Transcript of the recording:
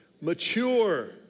mature